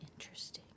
interesting